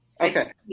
Okay